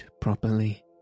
properly